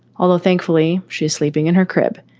although, thankfully, she's sleeping in her crib.